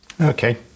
Okay